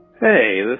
Hey